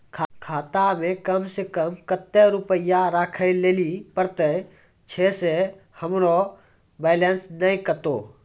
खाता मे कम सें कम कत्ते रुपैया राखै लेली परतै, छै सें हमरो बैलेंस नैन कतो?